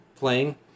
playing